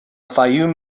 fayoum